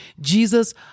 Jesus